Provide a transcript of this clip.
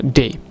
day